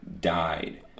died